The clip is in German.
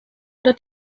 oder